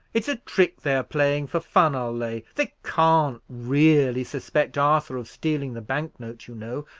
it's a trick they are playing for fun, i'll lay. they can't really suspect arthur of stealing the bank-note, you know.